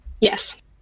Yes